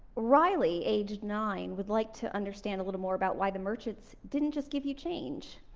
riley, aged nine, would like to understand a little more about why the merchants didn't just give you change?